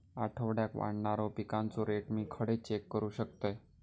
आठवड्याक वाढणारो पिकांचो रेट मी खडे चेक करू शकतय?